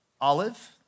Olive